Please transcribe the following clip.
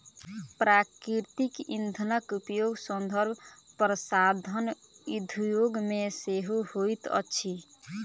प्राकृतिक इंधनक उपयोग सौंदर्य प्रसाधन उद्योग मे सेहो होइत अछि